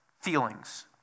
feelings